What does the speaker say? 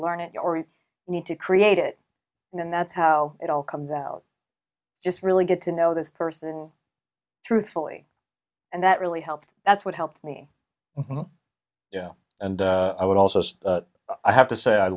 learn it you need to create it and then that's how it all comes out just really get to know this person truthfully and that really helped that's what helped me yeah and i would also say i have to say i